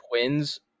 Twins